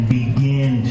begin